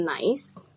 nice